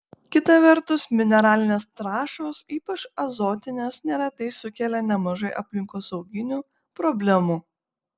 kita vertus mineralinės trąšos ypač azotinės neretai sukelia nemažai aplinkosauginių problemų